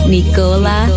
Nicola